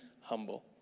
humble